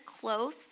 close